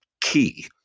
key